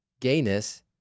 gayness